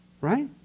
Right